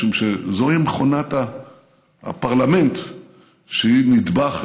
משום שזוהי מכונת הפרלמנט שהיא נדבך,